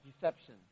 deception